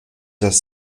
das